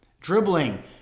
dribbling